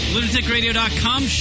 LunaticRadio.com